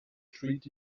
treat